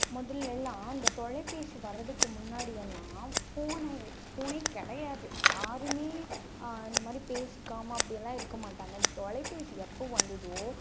முதலெல்லாம் இந்த தொலைபேசி வர்றதுக்கு முன்னாடியெல்லாம் ஃபோனே ஃபோனே கிடையாது யாருமே இந்தமாதிரி பேசிக்காமல் அப்படியெல்லாம் இருக்கமாட்டாங்க தொலைபேசி எப்போ வந்ததோ